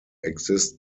exist